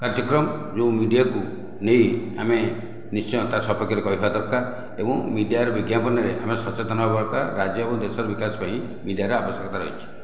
କାର୍ଯ୍ୟକ୍ରମ ଯେଉଁ ମିଡ଼ିଆ କୁ ନେଇ ଆମେ ନିଶ୍ଚୟ ତା ସପକ୍ଷ ରେ କହିବା ଦରକାର ଏବଂ ମିଡ଼ିଆ ର ବିଜ୍ଞାପନ ରେ ଆମେ ସଚେତନ ବାର୍ତ୍ତା ରାଜ୍ୟ ଓ ଦେଶ ର ଆବଶ୍ୟକତା ପାଇଁ ମିଡ଼ିଆ ର ଆବଶ୍ୟକତା ରହିଛି